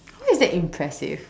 how is that impressive